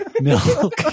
milk